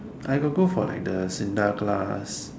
I got go for like the S_I_N_D_A class